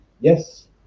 yes